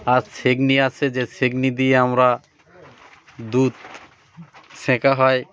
আর সেকনি আসে যে সেকনি দিয়ে আমরা দুধ স্যাকা হয়